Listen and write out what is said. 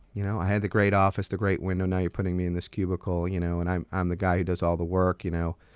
you know i had the great office, the great window, and now you're putting me in this cubicle, you know, and i'm i'm the guy who does all the work, you know?